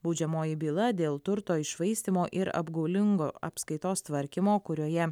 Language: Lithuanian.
baudžiamoji byla dėl turto iššvaistymo ir apgaulingo apskaitos tvarkymo kurioje